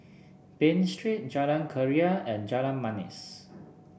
Bain Street Jalan Keria and Jalan Manis